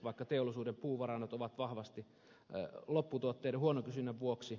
vaikka teollisuuden puuvarannot ovat vahvat lopputuotteiden huonon kysynnän vuoksi